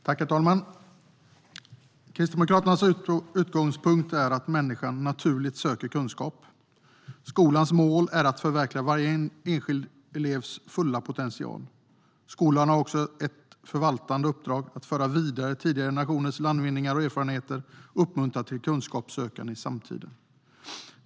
Herr talman! Kristdemokraternas utgångspunkt är att människan naturligt söker kunskap. Skolans mål är att förverkliga varje enskild elevs fulla potential. Skolan har också ett förvaltande uppdrag att föra vidare tidigare generationers landvinningar och erfarenheter och uppmuntra till kunskapssökande i samtiden.